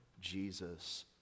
Jesus